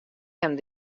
him